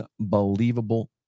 unbelievable